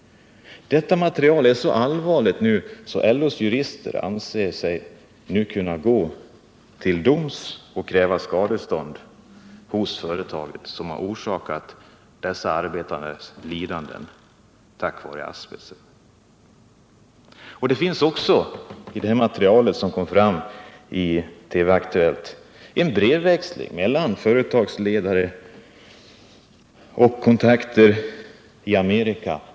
Detta material är så allvarligt att LO:s jurister nu anser sig kunna gå till domstol och kräva skadestånd av företaget som har orsakat dessa arbetares lidanden på grund av asbest. Det finns också i materialet, vilket kom fram i TV:s Aktuellt, en brevväxling mellan företagsledare och kontakter i Amerika.